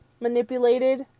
Manipulated